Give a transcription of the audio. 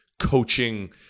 coaching